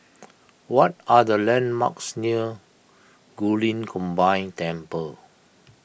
what are the landmarks near Guilin Combined Temple